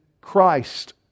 Christ